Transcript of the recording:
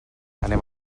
anem